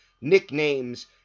nicknames